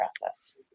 process